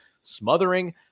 smothering